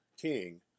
king